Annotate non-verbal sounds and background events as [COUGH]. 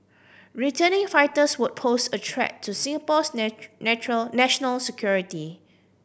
returning fighters would pose a threat to Singapore's [UNINTELLIGIBLE] natural national security